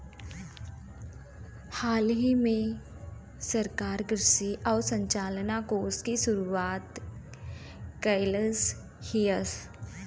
हालही में सरकार कृषि अवसंरचना कोष के शुरुआत कइलस हियअ